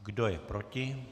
Kdo je proti?